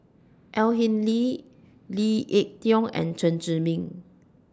Au Hing Yee Lee Ek Tieng and Chen Zhiming